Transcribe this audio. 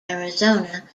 arizona